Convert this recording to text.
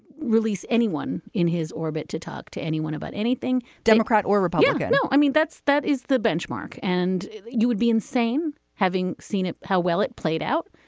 release anyone in his orbit to talk to anyone about anything. democrat or republican. i mean, that's that is the benchmark. and you would be insane having seen it, how well it played out.